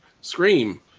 scream